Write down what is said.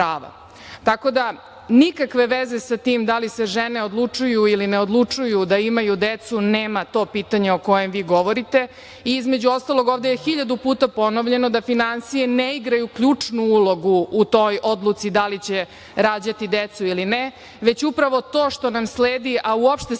da, nikakve veze sa tim da li se žene odlučuju ili ne odlučuju da imaju decu nema to pitanje o kojem vi govorite i između ostalog ovde je hiljadu puta ponovljeno da finansije ne igraju ključnu ulogu u toj odluci da li će rađati decu ili ne, već upravo to što nam sledi, a uopšte se